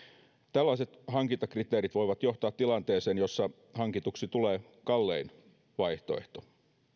tällaiset hankintakriteerit voivat johtaa tilanteeseen jossa hankituksi tulee kallein vaihtoehto